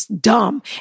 dumb